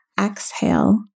exhale